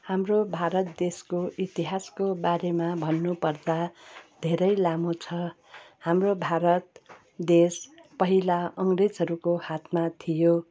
हाम्रो भारत देशको इतिहासको बारेमा भन्नु पर्दा धेरै लामो छ हाम्रो भारत देश पहिला अङ्ग्रेजहरूको हातमा थियो